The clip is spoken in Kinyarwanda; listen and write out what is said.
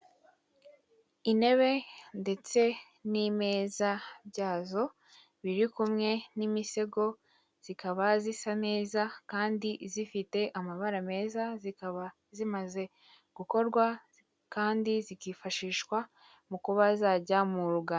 Intebe ndetse n'imeza byazo biri kumwe n'imisego, zikaba zisa neza kandi zifite amabara meza, zikaba zimaze gukorwa kandi zikifashishwa mu kuba zajya mu ruganda.